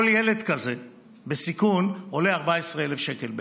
כל ילד כזה בסיכון עולה 14,000 שקל בערך,